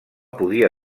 podia